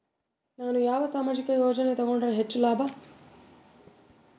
ನಾನು ಯಾವ ಸಾಮಾಜಿಕ ಯೋಜನೆಯನ್ನು ತಗೊಂಡರ ಹೆಚ್ಚು ಲಾಭ?